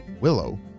Willow